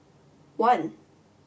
one